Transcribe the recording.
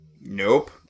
nope